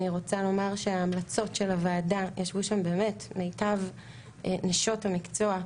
אני רוצה לומר שההמלצות של הוועדה ישבו שם באמת מיטב נשות המקצוע,